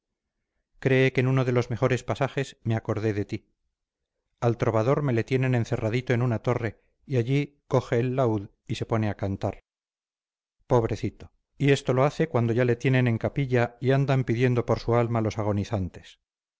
cree que en uno de los mejores pasajes me acordé de ti al trovador me le tienen encerradito en una torre y allí coge el laúd y se pone a cantar pobrecito y esto lo hace cuando ya le tienen en capilla y andan pidiendo por su alma los agonizantes